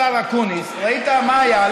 השר אקוניס, ראית מה היה?